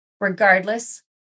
regardless